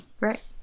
Right